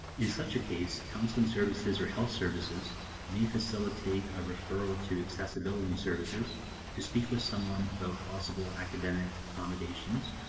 in such a case, counselling services or health services may facilitate a referral to accessability services to speak with someone about possible academic accommodations,